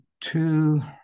two